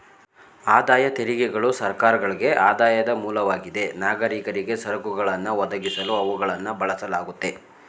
ಆದಾಯ ತೆರಿಗೆಗಳು ಸರ್ಕಾರಗಳ್ಗೆ ಆದಾಯದ ಮೂಲವಾಗಿದೆ ನಾಗರಿಕರಿಗೆ ಸರಕುಗಳನ್ನ ಒದಗಿಸಲು ಅವುಗಳನ್ನ ಬಳಸಲಾಗುತ್ತೆ